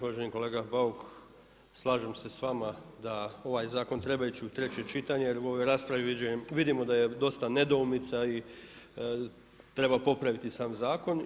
Uvaženi kolega Bauk, slažem se s vama da ovaj zakon treba ići u treće čitanje jer u ovoj raspravi vidimo da je dosta nedoumica i treba popraviti sam zakon.